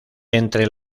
entre